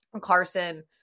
Carson